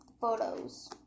photos